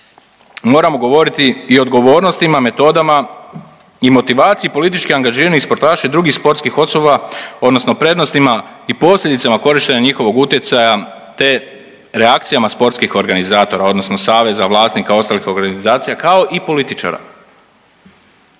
moramo govoriti i odgovornostima, metodama i motivaciji politički angažirani sportaši i drugih sportskih osoba odnosno prednostima i posljedicama korištenja njihovih utjecaja te reakcijama sportskih organizacija odnosno saveza, vlasnika, ostalih organizacija kao i političara.